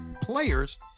players